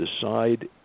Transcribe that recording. decide